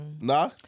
Nah